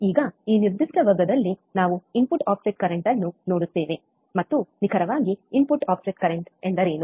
ಈಗ ಈ ನಿರ್ದಿಷ್ಟ ವರ್ಗದಲ್ಲಿ ನಾವು ಇನ್ಪುಟ್ ಆಫ್ಸೆಟ್ ಕರೆಂಟ್ ಅನ್ನು ನೋಡುತ್ತೇವೆ ಮತ್ತು ನಿಖರವಾಗಿ ಇನ್ಪುಟ್ ಆಫ್ಸೆಟ್ ಕರೆಂಟ್ ಎಂದರೇನು